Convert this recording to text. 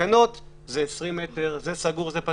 תקנות זה 20 מטר וכדומה,